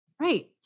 Right